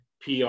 PR